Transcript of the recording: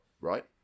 right